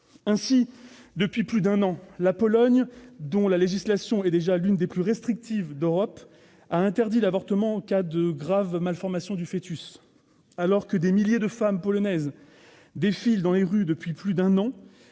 Depuis plus d'un an, la Pologne, dont la législation est déjà l'une des plus restrictives d'Europe, a interdit l'avortement en cas de grave malformation du foetus. Alors que des milliers de femmes polonaises défilent dans les rues depuis plus d'un an